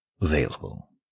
available